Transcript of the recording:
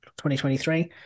2023